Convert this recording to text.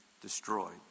destroyed